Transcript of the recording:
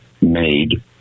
made